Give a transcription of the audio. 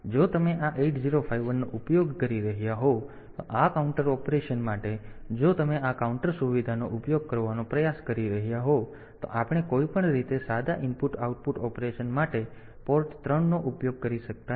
તેથી જો તમે આ 8051 નો ઉપયોગ કરી રહ્યા હોવ તો આ કાઉન્ટર ઓપરેશન માટે જો તમે આ કાઉન્ટર સુવિધાનો ઉપયોગ કરવાનો પ્રયાસ કરી રહ્યાં હોવ તો આપણે કોઈપણ રીતે સાદા ઇનપુટ આઉટપુટ ઓપરેશન માટે પોર્ટ 3 નો ઉપયોગ કરી શકતા નથી